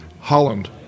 Holland